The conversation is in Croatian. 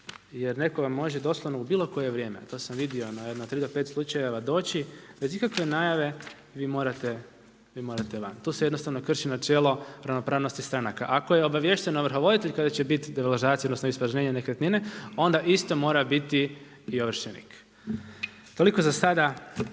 jer nekom može doslovno u bilo koje vrijeme, a to sam vidio na jedno 3 do 5 slučajeva doći, bez ikakve najave, vi morate van. Tu se jednostavno krši načelo ravnopravnosti stranaka. Ako je obaviješten ovrhovoditelj kada će biti deložacija odnosno ispražnjenje nekretnine, onda isto mora biti i ovršenik. Toliko za sada